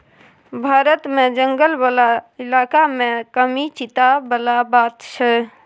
भारत मे जंगल बला इलाका मे कमी चिंता बला बात छै